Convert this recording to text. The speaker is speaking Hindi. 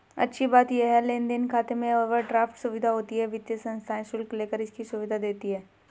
अच्छी बात ये है लेन देन खाते में ओवरड्राफ्ट सुविधा होती है वित्तीय संस्थाएं शुल्क लेकर इसकी सुविधा देती है